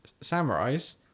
samurais